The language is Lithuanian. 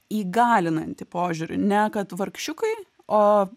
įgalinantį požiūrį ne kad vargšiukai o